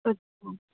अच्छा